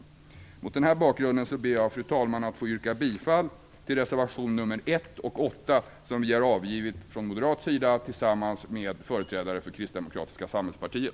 Mot den här bakgrunden, fru talman, begär jag att få yrka bifall till reservationerna 1 och 8, som vi från moderat sida har avgivit tillsammans med företrädare för Kristdemokratiska samhällspartiet.